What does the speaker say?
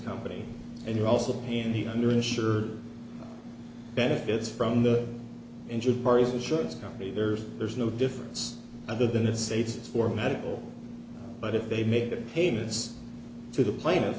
company and you're also in the under insured benefits from the injured parties insurance company there's there's no difference other than it states for medical but if they make the payments to the